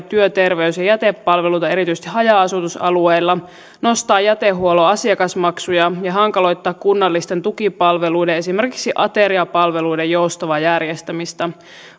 työterveys ja jätepalveluita erityisesti haja asutusalueilla nostaa jätehuollon asiakasmaksuja ja hankaloittaa kunnallisten tukipalveluiden esimerkiksi ateriapalveluiden joustavaa järjestämistä